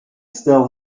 still